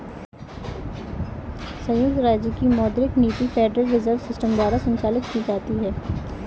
संयुक्त राज्य की मौद्रिक नीति फेडरल रिजर्व सिस्टम द्वारा संचालित की जाती है